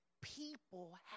people